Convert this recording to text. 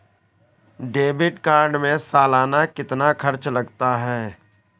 Debit card में सालाना कितना खर्च लगता है?